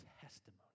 testimony